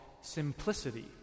simplicity